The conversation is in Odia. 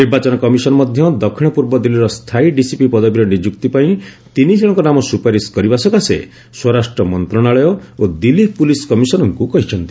ନିର୍ବାଚନ କମିଶନ ମଧ୍ୟ ଦକ୍ଷିଣ ପୂର୍ବ ଦିଲ୍ଲୀର ସ୍ଥାୟୀ ଡିସିପି ପଦବୀରେ ନିଯୁକ୍ତି ପାଇଁ ତିନିଜଣଙ୍କ ନାମ ସୁପାରିଶ କରିବା ସକାଶେ ସ୍ୱରାଷ୍ଟ୍ର ମନ୍ତ୍ରଣାଳୟ ଓ ଦିଲ୍ଲୀ ପ୍ରୁଲିସ୍ କମିଶନରଙ୍କୁ କହିଛନ୍ତି